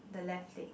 the left leg